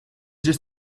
just